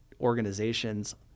organizations